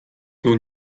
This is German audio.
nun